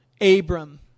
Abram